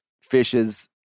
fishes